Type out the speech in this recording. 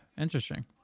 interesting